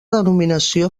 denominació